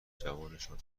جوانشان